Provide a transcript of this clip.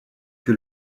que